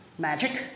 magic